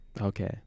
okay